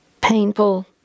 painful